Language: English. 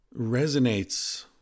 resonates